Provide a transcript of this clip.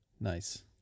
nice